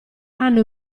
hanno